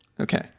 Okay